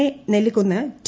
A Nellikkunnu T